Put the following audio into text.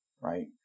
Right